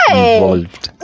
involved